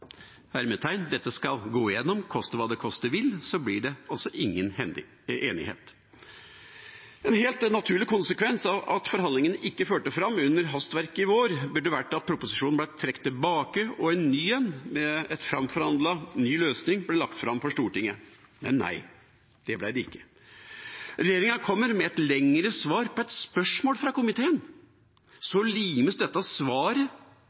skal gå igjennom, koste hva det koste vil», blir det altså ingen enighet. En helt naturlig konsekvens av at forhandlingene ikke førte fram under hastverket i vår, burde vært at proposisjonen ble trukket tilbake, og at en ny en, med en framforhandlet ny løsning, ble lagt fram for Stortinget – men nei, det ble det ikke. Regjeringa kommer med et lengre svar på et spørsmål fra komiteen, og så limes dette